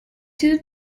too